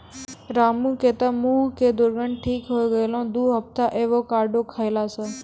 रामू के तॅ मुहों के दुर्गंध ठीक होय गेलै दू हफ्ता एवोकाडो खैला स